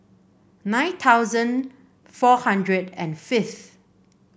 nine thousand four hundred and fifth